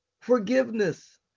forgiveness